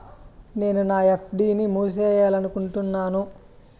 నేను నా ఎఫ్.డి ని మూసేయాలనుకుంటున్నాను